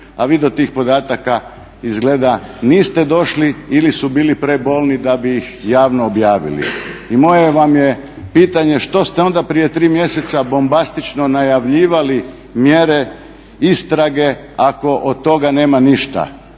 a vi do tih podataka izgleda niste došli ili su bili prebolni da bi ih javno objavili. I moje vam je pitanje što ste onda prije 3 mjeseca bombastično najavljivali mjere istrage ako od toga nema ništa?